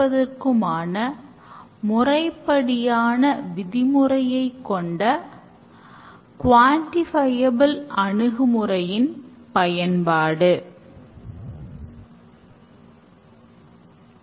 ஒவ்வொரு முறை coding செய்யப்பட்டபின் டெஸ்ட் மாதிரிகள் செய்யப்பட்டு coding வெற்றி பரிசோதிக்கப்படுகிறது